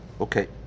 Okay